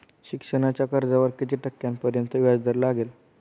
शिक्षणाच्या कर्जावर किती टक्क्यांपर्यंत व्याजदर लागेल?